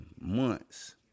months